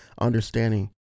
understanding